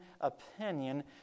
opinion